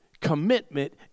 commitment